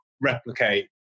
replicate